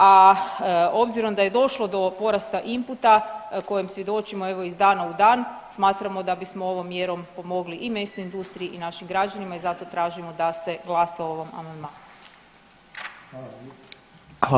A obzirom da je došlo do porasta imputa kojem svjedočimo evo iz dana u dan, smatramo da bismo ovom mjerom pomogli i mesnoj industriji i našim građanima i zato tražimo da se glasa o ovom amandmanu.